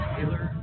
Taylor